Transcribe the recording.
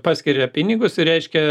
paskiria pinigus ir reiškia